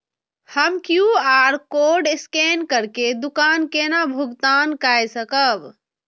हम QR code scan करके दुकान केना भुगतान काय सकब?